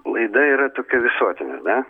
laida yra tokia visuotinė ar ne